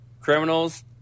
criminals